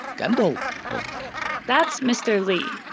gamble that's mr. lee.